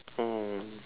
oh